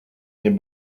nie